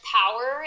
power